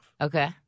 Okay